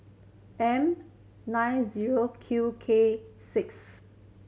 M nine zero Q K six